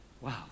wow